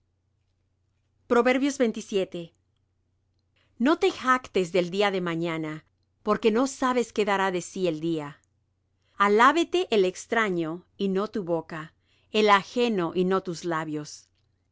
hace resbaladero no te jactes del día de mañana porque no sabes qué dará de sí el día alábete el extraño y no tu boca el ajeno y no tus labios